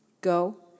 Go